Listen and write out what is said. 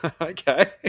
okay